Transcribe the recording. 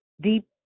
deep